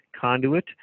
conduit